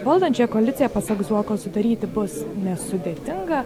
valdančiąją koaliciją pasak zuoko sudaryti bus nesudėtinga